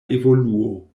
evoluo